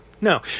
no